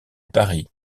paris